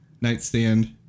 nightstand